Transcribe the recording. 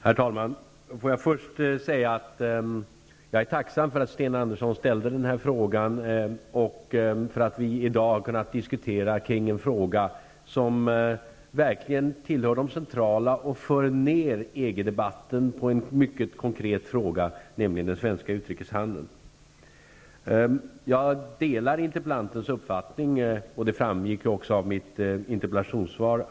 Herr talman! Låt mig först säga att jag är tacksam för att Sten Andersson ställde den här frågan och för att vi i dag har kunnat diskutera en fråga som verkligen är central och som för ned EG-debatten till en mycket konkret fråga, nämligen den svenska utrikeshandeln. Jag delar interpellantens uppfattning, och det framgick också av mitt interpellationssvar.